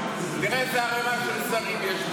תראה איזו ערמה של שרים יש פה.